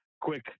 quick